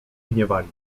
gniewali